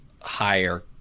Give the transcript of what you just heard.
higher